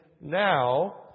now